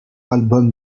album